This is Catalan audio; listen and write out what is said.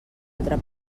altra